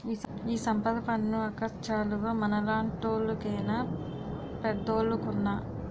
ఈ సంపద పన్ను అక్కచ్చాలుగ మనలాంటోళ్లు కేనా పెద్దోలుకున్నా